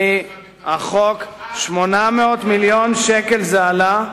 אני ניסיתי להביא כסף מהביטחון לרווחה,